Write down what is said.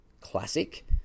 Classic